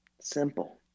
Simple